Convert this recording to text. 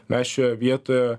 mes šioje vietoje